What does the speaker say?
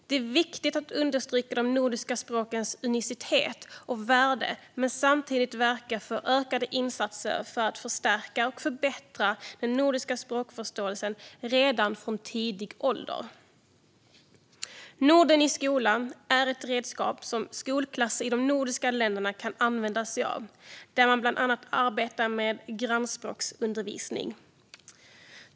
Det är viktigt att understryka de nordiska språkens unicitet och värde men samtidigt verka för ökade insatser för att förstärka och förbättra den nordiska språkförståelsen redan från tidig ålder. Norden i skolan är ett redskap som skolklasser i de nordiska länderna kan använda sig av, där man bland annat arbetar med grannspråksundervisning.